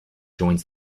joins